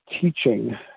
teaching